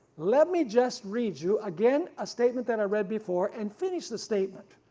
let me just read you again a statement that i read before and finish the statement.